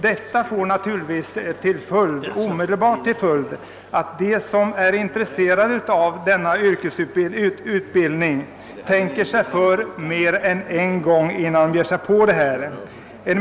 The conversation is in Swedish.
Detta får genast till följd att de som är intresserade av denna form av utbildning tänker sig för mer än en gång innan de ger sig in på utbildningen.